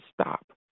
stop